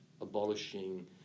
abolishing